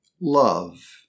love